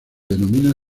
denominan